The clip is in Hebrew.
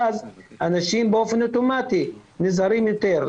אז באופן אוטומטי אנשים נזהרים יותר.